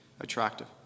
attractive